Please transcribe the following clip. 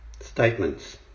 statements